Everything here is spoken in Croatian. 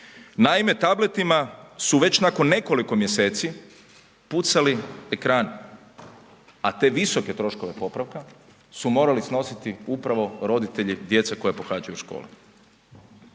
Naime, tabletima su već nakon nekoliko mjeseci pucali ekrani, a te visoke troškove popravka su morali snositi upravo roditelje djece koja pohađaju škole.